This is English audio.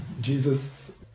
Jesus